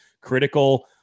critical –